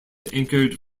anchored